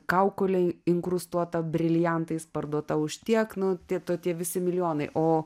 kaukolei inkrustuotą briliantais parduota už tiek nu tie to tie visi milijonai o